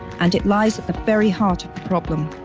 and it lies a very hard problem.